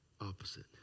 opposite